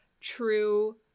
true